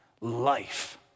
Life